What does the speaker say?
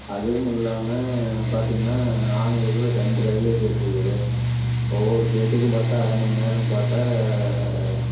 அதுவும் இல்லாம பார்த்திங்னா ரெண்டு ரயில்வே கேட் இருக்குது ஒவ்வொரு கேட்டுக்கும் பார்த்தா அரை மண் நேரம்ன்னு பார்த்தா